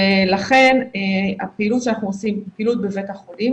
ולכן הפעילות שאנחנו עושים היא פעילות בבית החולים,